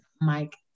Mike